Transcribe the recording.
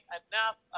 enough